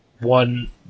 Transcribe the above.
One